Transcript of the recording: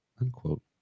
unquote